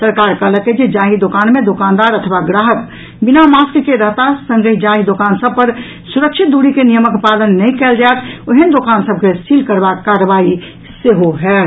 सरकार कहलक अछि जे जाहि दोकान मे दोकानदार अथवा ग्राहक बिना मास्क के रहताह संगहि जाहि दोकान सभ पर सुरक्षित दूरी के नियमक पालन नहि कयल जायत ओहेन दोकान सभ के सील करबाक कार्रवाई सेहो होयत